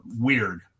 weird